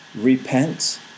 repent